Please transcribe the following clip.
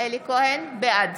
בעד